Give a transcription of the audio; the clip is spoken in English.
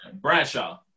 Bradshaw